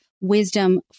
wisdom